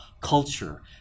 culture